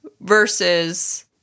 versus